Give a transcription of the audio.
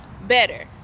better